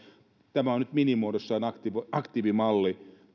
tämä on nyt minimuodossaan aktiivimalli